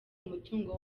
umutungo